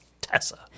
Tessa